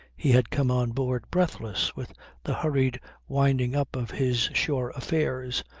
he had come on board breathless with the hurried winding up of his shore affairs,